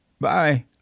Bye